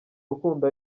rukundo